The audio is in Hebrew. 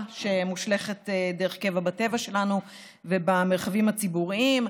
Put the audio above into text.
שמושלכת דרך קבע בטבע שלנו ובמרחבים הציבוריים.